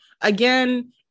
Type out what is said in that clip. Again